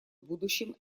будущем